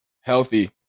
Healthy